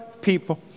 people